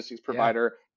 provider